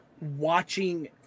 watching